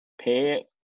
pay